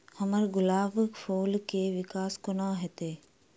हम्मर गुलाब फूल केँ विकास कोना हेतै?